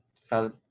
felt